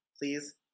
please